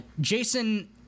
Jason